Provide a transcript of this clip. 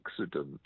accident